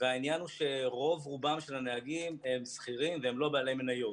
והעניין הוא שרוב רובם של הנהגים עם שכירים והם לא בעלי מניות.